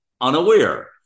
unaware